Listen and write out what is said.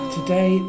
today